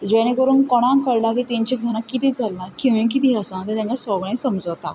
जेणें करून कोणाक कळटा की तेंचे घरांत कितें चल्लां कितें कितें आसा तें तांकां सगळें समजता